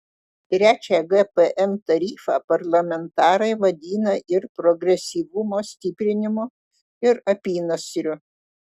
trečią gpm tarifą parlamentarai vadina ir progresyvumo stiprinimu ir apynasriu